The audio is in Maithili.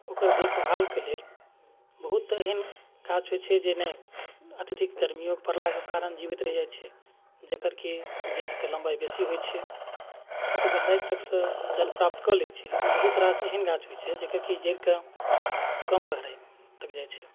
ओकर देखभालके लेल बहुत एहन गाछ होइ छै जे ने अत्यधिक गरमिओ पड़लाके कारण जीवित रहि जाइ छै जकर कि जड़िके लम्बाइ बेसी होइ छै ओ तऽ गहराइ तकसँ जल प्राप्त कऽ लै छै लेकिन बहुत रास एहन गाछ होइ छै जकर कि जड़िके कम गहराइ तक जाइ छै